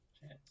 chance